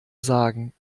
sagen